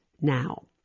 now